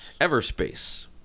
Everspace